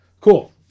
Cool